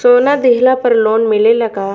सोना दिहला पर लोन मिलेला का?